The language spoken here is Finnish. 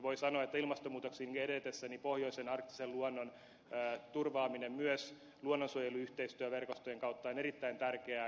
voi sanoa että ilmastonmuutoksenkin edetessä pohjoisen arktisen luonnon turvaaminen myös luonnonsuojeluyhteistyöverkostojen kautta on erittäin tärkeää